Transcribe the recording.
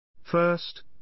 First